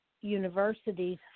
universities